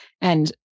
And-